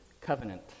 covenant